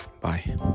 Bye